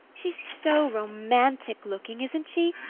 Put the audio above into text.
she's so romantic-looking, isn't she?